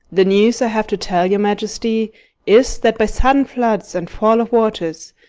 the news i have to tell your majesty is, that by sudden floods and fall of waters,